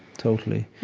totally.